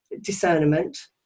discernment